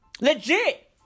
Legit